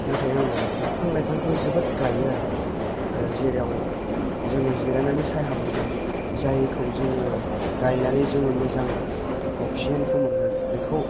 नाथाय आङो बिफां लाइफांखौ जोबोद गायो आरो जेराव जोङो जिरायनानै साया मोनगोन जायखौ जोङो गायनानै जोङो मोजां अक्सिजेनखौ मोनगोन बेखौ